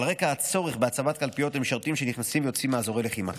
על רקע הצורך בהצבת קלפיות למשרתים שנכנסים ויוצאים מאזורי לחימה.